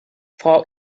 frau